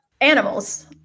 animals